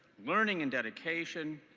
learning and dedication,